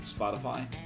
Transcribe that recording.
Spotify